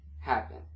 happen